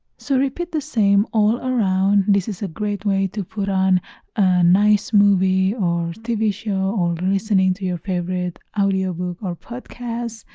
so repeat the same all around this is a great way to put on a nice movie or tv show or listening to your favorite audiobook or podcast.